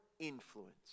influence